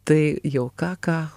tai jau ką ką